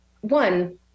one